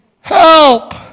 help